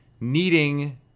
needing